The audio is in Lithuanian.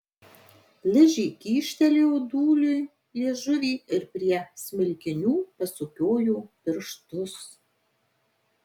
ližė kyštelėjo dūliui liežuvį ir prie smilkinių pasukiojo pirštus